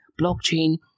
Blockchain